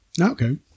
Okay